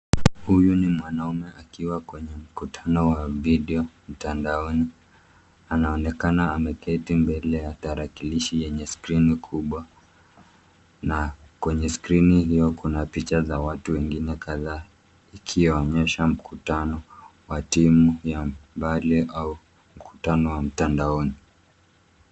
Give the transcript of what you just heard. Huyu ni mwanaume akiwa kwenye mkutano wa video mtandaoni, anaonekana ameketi mbele ya tarakilishi yenye skrini kubwa na kwenye skrini hiyo kuna picha za watu wengine kadhaa, ikionesha mkutano wa timu ya mbali au mkutano wa mtandaoni.